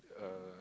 uh